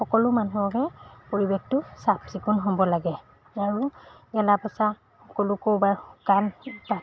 সকলো মানুহকে পৰিৱেশটো চাফচিকুণ হ'ব লাগে আৰু গেলা পঁচা সকলো ক'ৰবাৰ শুকান পাত